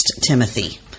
Timothy